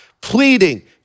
pleading